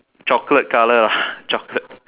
chocolate colour lah chocolate